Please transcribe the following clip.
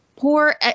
Poor